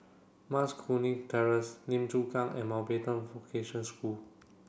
Mas Kuning Terrace Lim Chu Kang and Mountbatten Vocation School